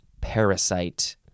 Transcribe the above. parasite